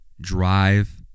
drive